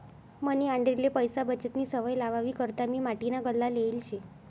मनी आंडेरले पैसा बचतनी सवय लावावी करता मी माटीना गल्ला लेयेल शे